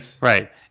right